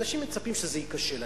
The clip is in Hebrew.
אנשים מצפים שזה ייכשל.